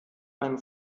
einem